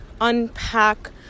unpack